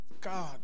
God